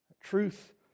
Truth